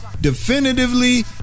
definitively